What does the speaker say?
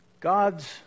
God's